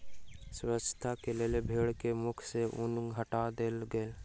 स्वच्छता के लेल भेड़ के मुख सॅ ऊन हटा देल गेल